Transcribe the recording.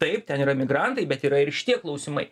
taip ten yra migrantai bet yra ir šitie klausimai